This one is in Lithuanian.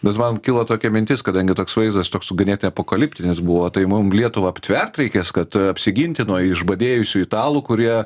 bet man kilo tokia mintis kadangi toks vaizdas toks ganėtinai apokaliptinis buvo tai mum lietuvą aptvert reikės kad apsiginti nuo išbadėjusių italų kurie